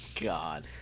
God